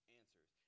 answers